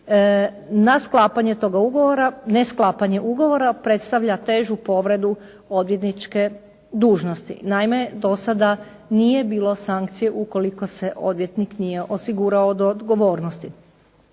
ne sklapanje ugovora predstavlja težu povredu odvjetničke dužnosti. Naime do sada nije bilo sankcije ukoliko se odvjetnik nije osigurao od odgovornosti.